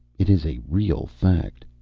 it is a real fact.